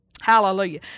Hallelujah